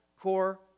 core